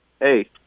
hey